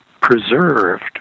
preserved